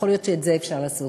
יכול להיות שאת זה אפשר לעשות.